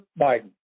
biden